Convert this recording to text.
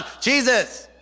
Jesus